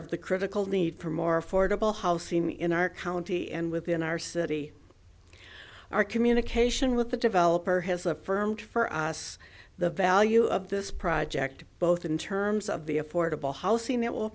of the critical need for more affordable house seen in our county and within our city our communication with the developer has affirmed for us the value of this project both in terms of the affordable housing that will